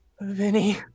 Vinny